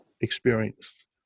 experienced